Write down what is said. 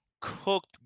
cooked